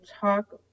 talk